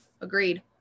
Agreed